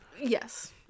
Yes